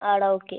ആ എടാ ഓക്കേ